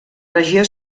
regió